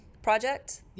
project